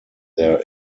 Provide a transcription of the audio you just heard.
there